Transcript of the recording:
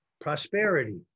Prosperity